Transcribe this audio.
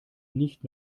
nicht